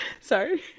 sorry